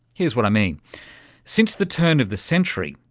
here's what i mean since the turn of the century,